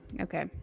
Okay